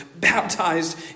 baptized